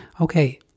Okay